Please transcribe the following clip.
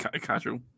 casual